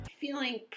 feeling